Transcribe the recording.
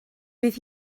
bydd